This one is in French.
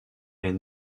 est